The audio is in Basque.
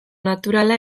naturala